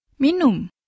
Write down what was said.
Minum